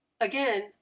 again